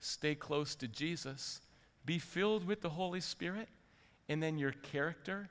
stay close to jesus be filled with the holy spirit and then your character